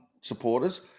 supporters